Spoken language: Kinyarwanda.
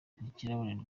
ntikirabonerwa